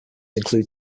include